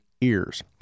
ears